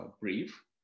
brief